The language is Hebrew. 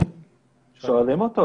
שואלים אותו.